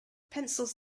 pencils